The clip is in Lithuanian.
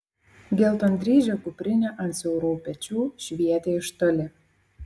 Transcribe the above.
geltondryžė kuprinė ant siaurų pečių švietė iš toli